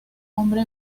hombre